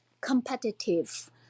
competitive